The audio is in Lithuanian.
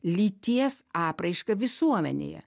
lyties apraišką visuomenėje